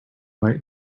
might